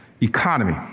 economy